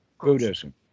Buddhism